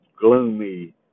gloomy